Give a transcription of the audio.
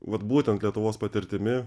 vat būtent lietuvos patirtimi